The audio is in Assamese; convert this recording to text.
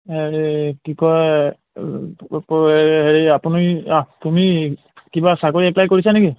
এই কি কয় হেৰি আপুনি তুমি কিবা চাকৰি এপ্লাই কৰিছানে কি